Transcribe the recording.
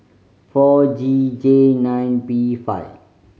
four G J nine P five